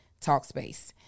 Talkspace